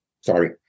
Sorry